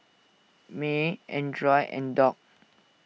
Mae Arnold and Doc